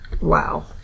Wow